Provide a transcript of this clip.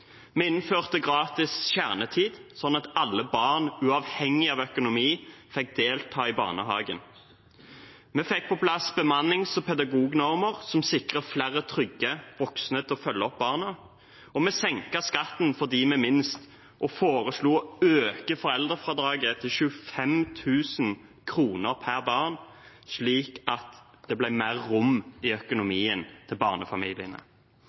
Vi innførte gratis kjernetid sånn at alle barn, uavhengig av økonomi, fikk delta i barnehagen. Vi fikk på plass bemannings- og pedagognormer som sikrer flere trygge voksne til å følge opp barna. Vi senket skatten for dem med minst og foreslo å øke foreldrefradraget til 25 000 kr per barn, slik at det ble mer rom i økonomien til barnefamiliene.